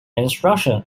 instruction